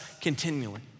continually